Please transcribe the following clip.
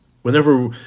Whenever